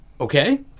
okay